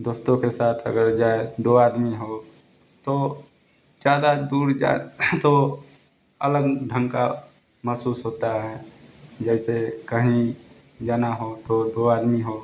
दोस्तों के साथ अगर जाए दो आदमी हो तो ज़्यादा दूर जाए तो अलग ढंग का महसूस होता है जैसे कहीं जाना हो तो दो आदमी हो